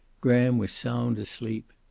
graham was sound asleep.